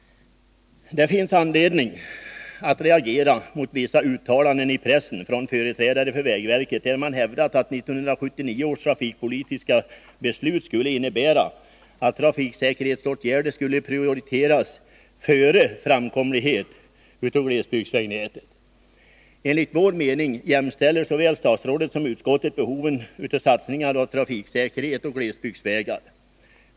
Det finns anledning att reagera mot vissa uttalanden i pressen från företrädare för vägverket, där man hävdat att 1979 års trafikpolitiska beslut skulle innebära att trafiksäkerhetsåtgärder skulle prioriteras före framkomlighet på glesbygdsvägnätet. Enligt vår mening jämställer såväl statsrådet som utskottet behoven av satsningar på trafiksäkerhet och på glesbygdsvägar.